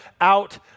out